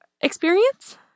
experience